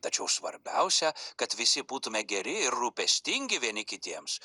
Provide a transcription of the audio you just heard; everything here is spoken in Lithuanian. tačiau svarbiausia kad visi būtume geri ir rūpestingi vieni kitiems